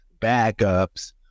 backups